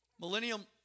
Millennium